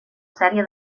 sèrie